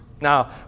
Now